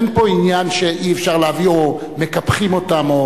אין פה עניין שאי-אפשר להעביר או מקפחים אותם.